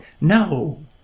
No